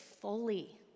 fully